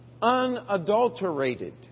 unadulterated